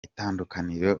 itandukaniro